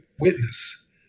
witness